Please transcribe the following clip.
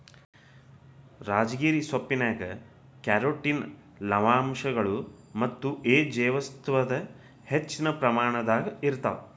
ರಾಜಗಿರಿ ಸೊಪ್ಪಿನ್ಯಾಗ ಕ್ಯಾರೋಟಿನ್ ಲವಣಾಂಶಗಳು ಮತ್ತ ಎ ಜೇವಸತ್ವದ ಹೆಚ್ಚಿನ ಪ್ರಮಾಣದಾಗ ಇರ್ತಾವ